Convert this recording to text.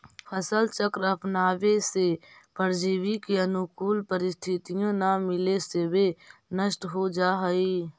फसल चक्र अपनावे से परजीवी के अनुकूल परिस्थिति न मिले से वे नष्ट हो जाऽ हइ